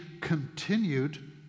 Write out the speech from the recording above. continued